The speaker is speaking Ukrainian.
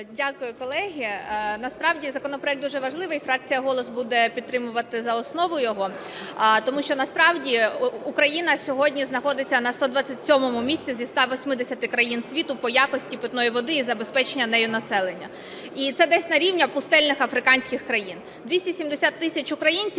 Дякую, колеги. Насправді законопроект дуже важливий, фракція "Голос" буде підтримувати за основу його, тому що насправді Україна сьогодні знаходиться на 127-му місці зі 180 країн світу по якості питної води і забезпечення нею населення, і це десь на рівні пустельних африканських країн. 270 тисяч українців